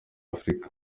afurika